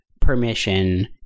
permission